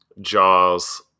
Jaws